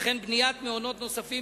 וכן לבניית מעונות נוספים.